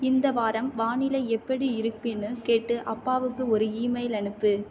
இந்த வாரம் வானிலை எப்படி இருக்குதுன்னு கேட்டு அப்பாவுக்கு ஒரு ஈமெயில் அனுப்பு